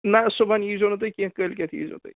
نہ صُبحَن یی زیٚو نہٕ تُہۍ کیٚنہہ کٲلۍ کیٚتھ یی زیٚو